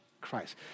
Christ